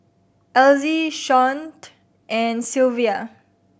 Elzie Shawnte and Sylvia